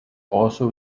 also